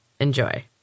Enjoy